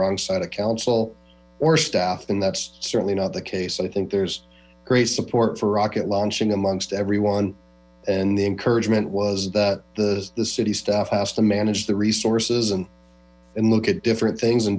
wrong side of council or staff and that's certainly not the case i think there's great support for rocket launching amongst everyone and the encouragement was that the city staff has to manage the resources and and look at different things in